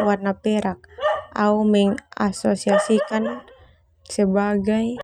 Warna perak au mengasosiasikan sebagai